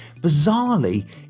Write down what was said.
Bizarrely